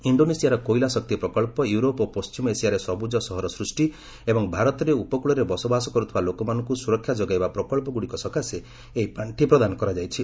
ଇଣ୍ଡୋନେସିଆର କୋଇଲା ଶକ୍ତି ପ୍ରକଳ୍ପ ୟୁରୋପ ଓ ପଶ୍ଚିମ ଏସିଆରେ ସବୁଜ ସହର ସୃଷ୍ଟି ଏବଂ ଭାରତରେ ଉପକୂଳରେ ବସବାସ କରୁଥିବା ଲୋକମାନଙ୍କୁ ସୁରକ୍ଷା ଯୋଗାଇବା ପ୍ରକଳ୍ପ ଗୁଡିକ ସକାଶେ ଏହି ପାର୍ଷି ପ୍ରଦାନ କରାଯାଇଛି